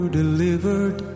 delivered